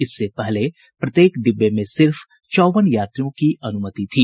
इससे पहले प्रत्येक डिब्बे में सिर्फ चौवन यात्रियों की अनुमति थी